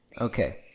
Okay